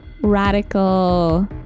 radical